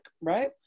right